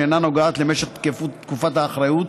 שאינה נוגעת למשך תקופת האחריות,